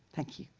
thank you.